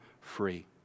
free